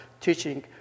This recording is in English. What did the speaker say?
teaching